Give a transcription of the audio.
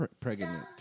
Pregnant